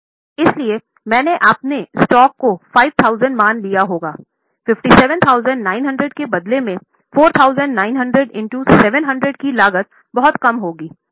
इसलिए मैंने अपने स्टॉक को 5000 मान लिया होगा 57900 के बदले में 4900 इंटो 700 की लागत बहुत कम होगी